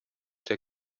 der